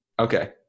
Okay